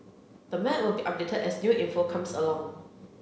the map will be updated as new info comes along